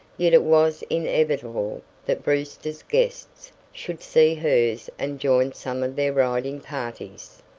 yet it was inevitable that brewster's guests should see hers and join some of their riding parties.